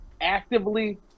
Actively